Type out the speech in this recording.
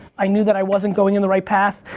i knew that i wasn't going in the right path.